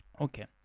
okay